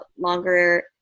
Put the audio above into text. longer